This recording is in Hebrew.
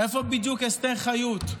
איפה בדיוק אסתר חיות,